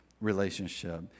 relationship